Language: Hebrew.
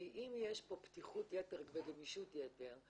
כי אם יש פה פתיחות יתר וגמישות יתר,